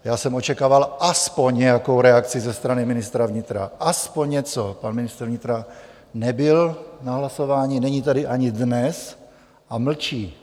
Já jsem očekával aspoň nějakou reakci ze strany ministra vnitra, aspoň něco pan ministr vnitra nebyl na hlasování, není tady ani dnes a mlčí.